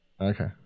Okay